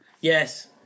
Yes